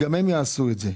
גם הם יעשו את זה.